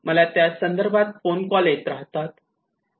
मला त्या संदर्भात फोन कॉल येत राहतात